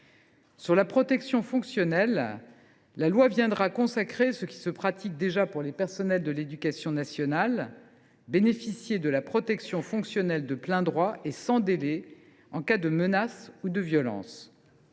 Sur la protection fonctionnelle, le texte consacre ce qui se pratique déjà pour les personnels de l’éducation nationale : bénéficier de la protection fonctionnelle de plein droit et sans délai en cas de menaces ou de violences.